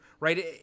Right